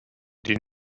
den